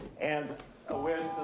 and with,